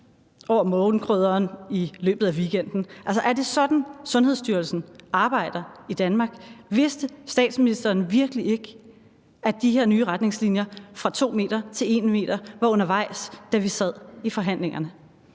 over morgenkrydderen i løbet af weekenden. Altså, er det sådan, Sundhedsstyrelsen arbejder i Danmark? Vidste statsministeren virkelig ikke, at de her nye retningslinjer – fra 2 m til 1 m – var undervejs, da vi sad i forhandlingerne?